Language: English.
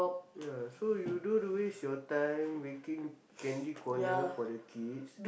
ya so you don't waste your time making candy corner for the kids